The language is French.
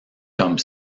comme